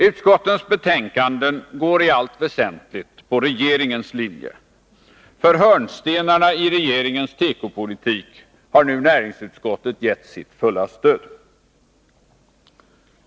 Utskottens betänkanden går i allt väsentligt på regeringens linje. För hörnstenarna i regeringens tekopolitik har nu näringsutskottet gett sitt fulla stöd.